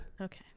Okay